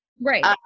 Right